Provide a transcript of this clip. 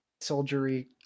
soldiery